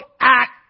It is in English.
act